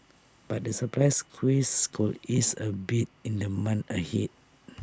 but the supply squeeze could ease A bit in the months ahead